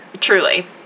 Truly